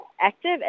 active